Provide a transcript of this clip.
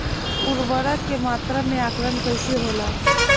उर्वरक के मात्रा में आकलन कईसे होला?